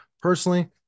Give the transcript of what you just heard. personally